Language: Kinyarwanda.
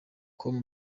com